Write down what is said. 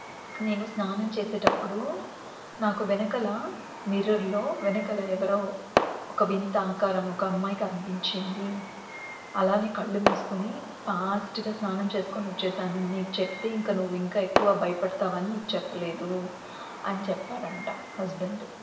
నేను స్నానం చేసేటప్పుడు నాకు వెనకల మిర్రర్లో వెనకల ఎవరో ఒక వింత ఆకారం ఒక అమ్మాయి కనిపించింది అలానే కళ్ళు మూసుకొని ఫాస్ట్గా స్నానం చేసుకోని వచ్చేసాను నీకు చెప్తే ఇంక నువ్వు ఇంకా ఎక్కువ భయపడతావని నీకు చెప్పలేదు అని చెప్పాడంట హస్బెండ్